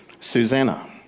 Susanna